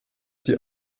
die